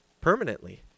permanently